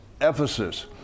Ephesus